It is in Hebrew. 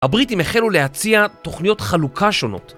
הבריטים החלו להציע תוכניות חלוקה שונות